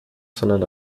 sondern